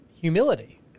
humility